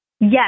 Yes